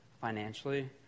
financially